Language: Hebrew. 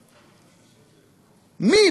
מי?